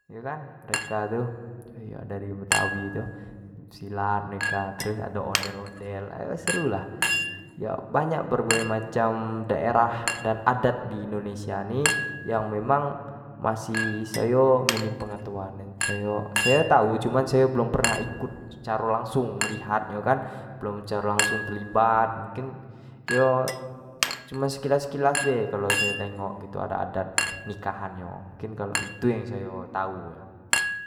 mereka tu dari betawi tu, silat mereka terus ado ondel-ondel, seru lah yo banyak berbagai macam daerah dan adat di indonesia ni yang memang masih sayo minim pengetahuan, minim pengetahuan sayo tau cuma sayo belum pernah ikut ecaro langsung, melihat nyo kan, kalo langsung terlibat mungkin, iyo cuma sekilas-sekilas bae kalau sayo tengok gitu kan adat-adat nikahannyo mungkin itu yang sayo tau.